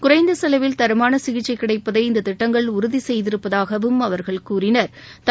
குறைந்த செவவில் தரமான சிகிச்சை கிடைப்பதை இந்த திட்டங்கள் உறுதி செய்திருப்பதாகவும் அவர்கள் கூறினா்